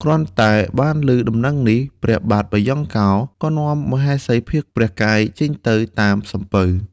គ្រាន់តែបានឮដំណឹងនេះ ព្រះបាទបាយ៉ង់កោ ក៏នាំមហេសីភៀសព្រះកាយចេញទៅតាមសំពៅ។